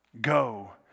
Go